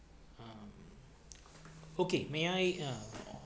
um okay may I uh